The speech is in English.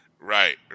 Right